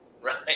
Right